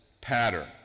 pattern